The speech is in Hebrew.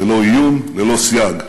ללא איום, ללא סייג.